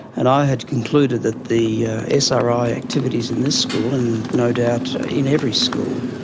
and i had concluded that the sri activities in this school, and no doubt in every school,